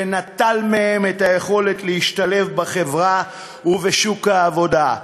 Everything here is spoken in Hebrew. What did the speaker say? ונטל מהם את היכולת להשתלב בחברה ובשוק העבודה.